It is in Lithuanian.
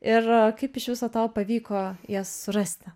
ir kaip iš viso tau pavyko jas surasti